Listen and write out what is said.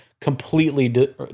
completely